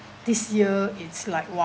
this year it's like !walao!